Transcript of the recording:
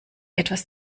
etwas